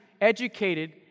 educated